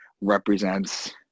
represents